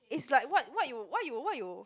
is like what what you what you what you